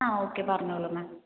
ആ ഓക്കെ പറഞ്ഞോളു മാം